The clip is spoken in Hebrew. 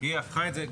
היא הפכה את זה.